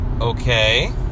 Okay